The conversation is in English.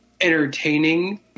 entertaining